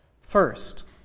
First